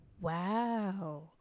Wow